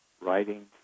writing